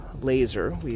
laser